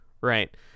right